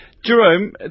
Jerome